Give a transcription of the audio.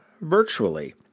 virtually